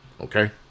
Okay